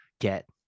get